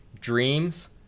dreams